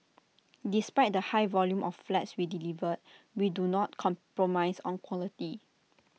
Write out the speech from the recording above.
despite the high volume of flats we delivered we do not compromise on quality